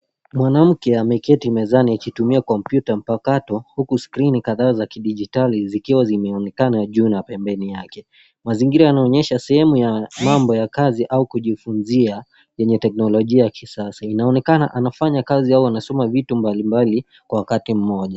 Mwanamke ameketi mezani akitumia kompyuta mpakato, huku skrini kadhaa za kidijitali zikiwa zimeonekana juu na pembeni yake. Mazingira yanaonyesha sehemu ya mambo ya kazi au kujifunzia yenye teknolojia ya kisasa. Inaonekana anafanya kazi au anasoma vitu mbalimbali kwa wakati mmoja.